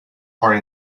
are